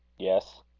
yes.